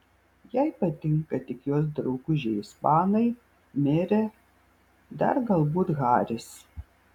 jai patinka tik jos draugužiai ispanai merė dar galbūt haris